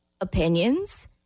opinions